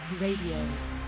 radio